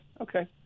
okay